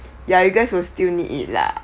ya you guys will still need it lah